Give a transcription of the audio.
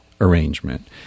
arrangement